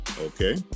Okay